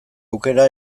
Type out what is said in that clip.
aukera